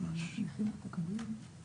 שאמרה חברתי ממשרד המשפטים,